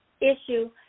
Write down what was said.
issue